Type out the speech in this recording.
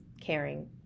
caring